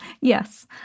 Yes